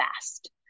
fast